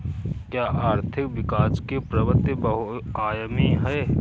क्या आर्थिक विकास की प्रवृति बहुआयामी है?